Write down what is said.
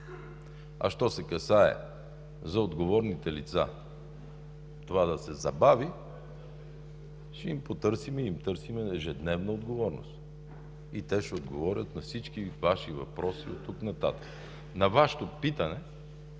Що се касае за отговорните лица това да се забави, ще им потърсим и им търсим ежедневна отговорност. И те ще отговорят на всички Ваши въпроси оттук нататък. На Вашето питане